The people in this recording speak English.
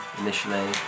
initially